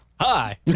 Hi